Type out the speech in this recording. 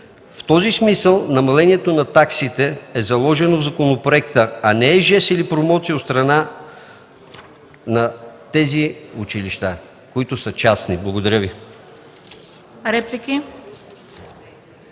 В този смисъл намалението на таксите е заложено в законопроекта, а не е жест или промоция от страна на тези училища, които са частни. Благодаря.